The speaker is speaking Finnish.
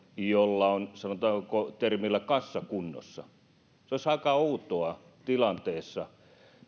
jolla on sanotaanko termillä kassa kunnossa olisi aika outoa tilanteessa